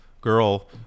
girl